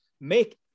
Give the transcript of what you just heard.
make